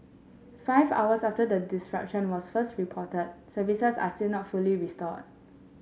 five hours after the disruption was first reported services are still not fully restored